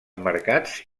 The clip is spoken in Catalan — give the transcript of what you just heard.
mercats